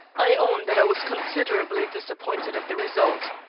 i own that i was considerably disappointed at the result.